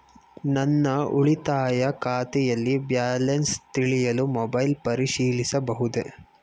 ನನ್ನ ಉಳಿತಾಯ ಖಾತೆಯಲ್ಲಿ ಬ್ಯಾಲೆನ್ಸ ತಿಳಿಯಲು ಮೊಬೈಲ್ ಪರಿಶೀಲಿಸಬಹುದೇ?